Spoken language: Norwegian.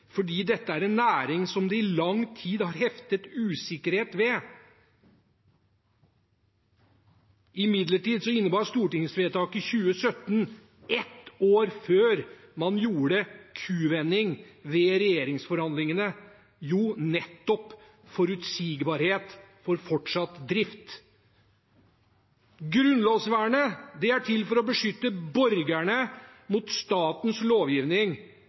fordi dette er en næring det i lang tid har heftet usikkerhet ved? Imidlertid innebar stortingsvedtaket i 2017 – ett år før man gjorde kuvending ved regjeringsforhandlingene – nettopp forutsigbarhet for fortsatt drift. Grunnlovsvernet er til for å beskytte borgerne mot statens lovgivning,